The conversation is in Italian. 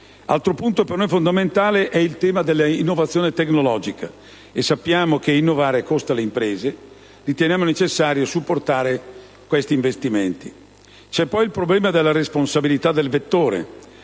Altro punto per noi fondamentale è quello dell'innovazione tecnologica. E sappiamo che innovare costa alle imprese. Riteniamo necessario supportare questi investimenti. C'è poi il problema della responsabilità del vettore.